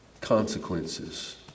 consequences